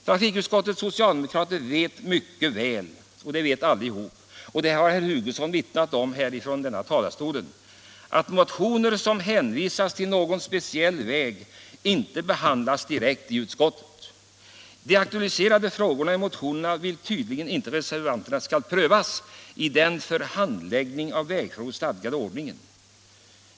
Trafikutskottets socialdemokrater vet mycket väl — det har herr Hugosson vittnat om från denna talarstol — att motioner som avser någon speciell väg inte behandlas direkt i utskottet. Reservanterna vill tydligen inte att de i motionerna aktualiserade frågorna skall prövas i den för handläggning av vägfrågor stadgade ordningen.